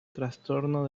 trastorno